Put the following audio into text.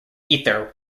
ether